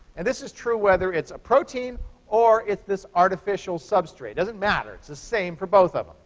and this is true whether it's a protein or it's this artificial substrate. doesn't matter. it's the same for both of them.